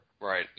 Right